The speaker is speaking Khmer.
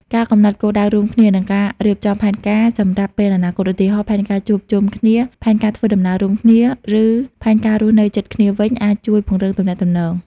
ការកំណត់គោលដៅរួមគ្នា និង ការរៀបចំផែនការសម្រាប់ពេលអនាគត ឧទាហរណ៍ ផែនការជួបជុំគ្នា ផែនការធ្វើដំណើររួមគ្នា ឬផែនការរស់នៅជិតគ្នាវិញ អាចជួយពង្រឹងទំនាក់ទំនង។